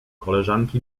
koleżanki